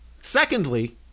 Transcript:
Secondly